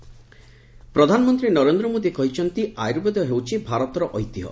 PM Ayurveda ପ୍ରଧାନମନ୍ତ୍ରୀ ନରେନ୍ଦ୍ର ମୋଦି କହିଛନ୍ତି ଆୟୁର୍ବେଦ ହେଉଛି ଭାରତର ଐତିହ୍ୟ